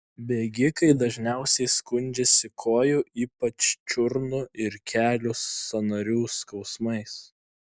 bėgikai dažniausiai skundžiasi kojų ypač čiurnų ir kelių sąnarių skausmais